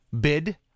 bid